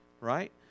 right